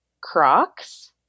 Crocs